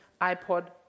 iPod